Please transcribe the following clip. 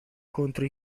contro